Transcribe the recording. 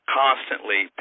constantly